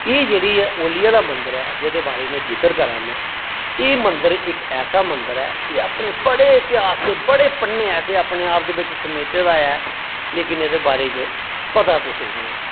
एह् जेह्ड़ा ओलिया दा मंदर ऐ जेह्दे बारे में जिकर करा न एह् मंदर इक ऐसा मंदर ऐ बड़े इतिहास ते बड़े पन्ने ऐसे अपने आप दे बिच समेटे दा ऐ लेकिन एह्दे बारे च पता कुसै ई निं ऐ